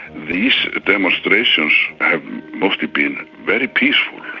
these demonstrations have mostly been very peaceful,